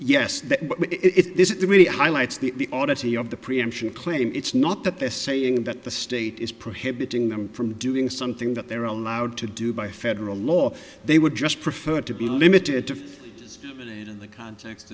it's this is really highlights the oddity of the preemption claim it's not that they're saying that the state is prohibiting them from doing something that they're allowed to do by federal law they would just prefer to be limited to and in the context